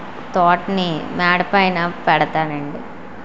తోటని మేడ పైన పెడుతాను అండి